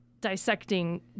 dissecting